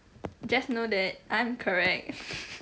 just know that I'm correct